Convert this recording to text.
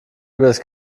übers